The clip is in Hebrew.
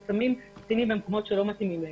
אז שמים במקומות שלא מתאימים להם.